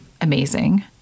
Amazing